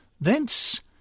Thence